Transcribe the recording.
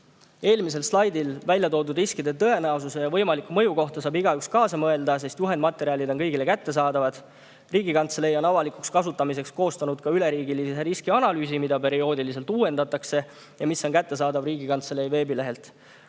Eelmisel slaidil väljatoodud riskide tõenäosuse ja võimaliku mõju teemal saab igaüks kaasa mõelda, sest juhendmaterjalid on kõigile kättesaadavad. Riigikantselei on koostanud avalikuks kasutamiseks ka üleriigilise riskianalüüsi, mida perioodiliselt uuendatakse ja mis on kättesaadav Riigikantselei veebilehel.